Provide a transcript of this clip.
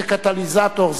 זה קטליזטור,